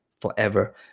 forever